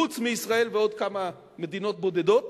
חוץ מישראל ועוד כמה מדינות בודדות,